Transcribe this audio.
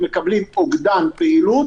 מקבלים אוגדן פעילות